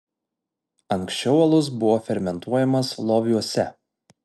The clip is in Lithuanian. anksčiau alus buvo fermentuojamas loviuose